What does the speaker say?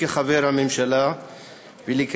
כחבר הממשלה לשמור אמונים למדינת ישראל ולחוקיה,